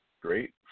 great